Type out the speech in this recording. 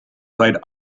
played